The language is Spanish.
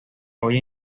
hoy